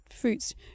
fruits